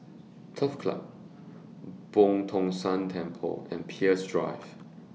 Turf Club Boo Tong San Temple and Peirce Drive